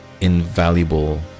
invaluable